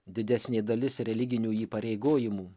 didesnė dalis religinių įpareigojimų